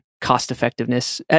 cost-effectiveness